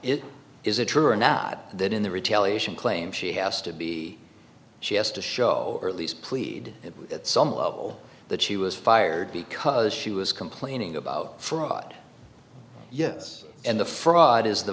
it is a true or not that in the retaliation claim she has to be she has to show or at least plead it at some level that she was fired because she was complaining about fraud yes and the fraud is the